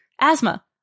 Asthma